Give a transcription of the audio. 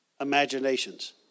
imaginations